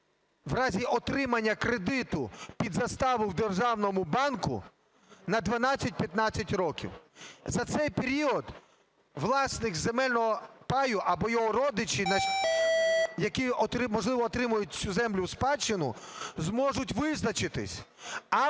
в разі отримання кредиту під заставу в державному банку на 12-15 років. За цей період власник земельного паю або його родичі, які, можливо, отримають цю землю у спадщину, зможуть визначитись: